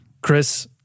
Chris